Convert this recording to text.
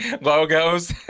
Logos